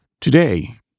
Today